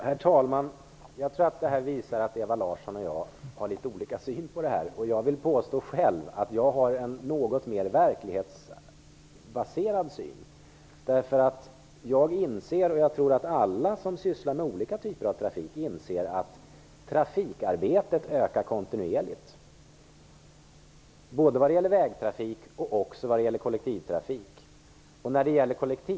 Herr talman! Jag tror att detta visar att Ewa Larsson och jag har litet olika syn på den här frågan. Jag vill själv påstå att jag har en något mera verklighetsbaserad syn. Jag inser, vilket jag tror att alla som sysslar med någon form av trafik gör, att trafikarbetet ökar kontinuerligt - både när det gäller vägtrafik och kollektivtrafik.